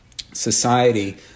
society